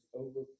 over